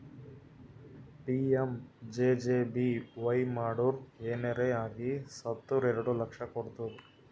PMJJBY ಮಾಡುರ್ ಏನರೆ ಆಗಿ ಸತ್ತುರ್ ಎರಡು ಲಕ್ಷ ಕೊಡ್ತುದ್